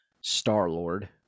Star-Lord